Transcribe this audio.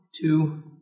two